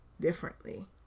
differently